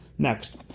Next